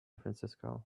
francisco